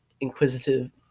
inquisitive